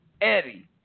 Eddie